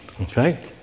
Okay